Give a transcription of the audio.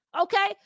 Okay